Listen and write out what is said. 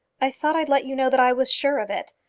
i thought i'd let you know that i was sure of it.